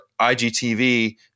IGTV